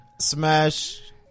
Smash